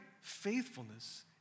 faithfulness